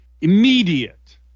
immediate